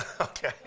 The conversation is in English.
okay